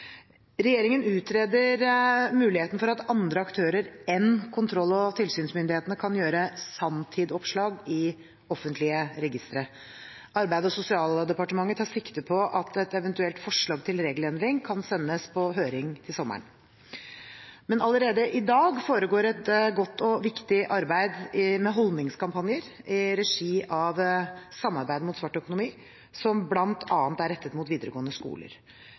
Regjeringen utreder muligheten for at andre aktører enn kontroll- og tilsynsmyndighetene kan gjøre sanntidoppslag i offentlige registre. Arbeids- og sosialdepartementet tar sikte på at et eventuelt forslag til regelendring kan sendes på høring til sommeren. Men allerede i dag foregår det et godt og viktig arbeid med holdningskampanjer i regi av Samarbeid mot svart økonomi, som bl.a. er rettet mot videregående skoler.